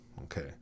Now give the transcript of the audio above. Okay